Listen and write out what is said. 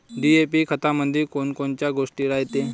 DAP खतामंदी कोनकोनच्या गोष्टी रायते?